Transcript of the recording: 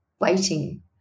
waiting